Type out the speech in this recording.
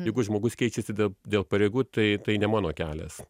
jeigu žmogus keičiasi dėl pareigų tai tai ne mano kelias